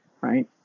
right